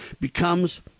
becomes